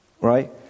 Right